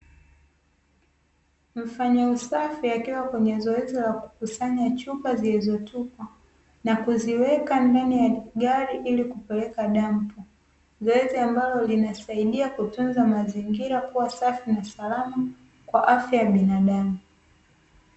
Mfanya usafi akiwa katika zoezi la kukusanya chupa zilizotupwa, na kuziweka ndani ya gari na kuzipeleka dampo; zoezi ambalo linasaidia kutunza mazingira safi na salama, kwa afya ya binadamu.